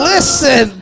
Listen